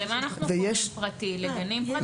למה אנחנו קוראים פרטי, לגנים פרטיים?